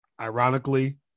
Ironically